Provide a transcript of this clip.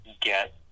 get